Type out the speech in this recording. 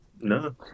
No